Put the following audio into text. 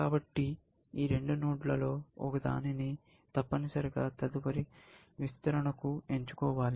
కాబట్టి ఈ రెండు నోడ్లలో ఒకదానిని తప్పనిసరిగా తదుపరి విస్తరణకు ఎంచుకోవాలి